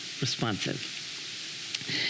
responsive